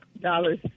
dollars